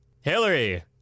Hillary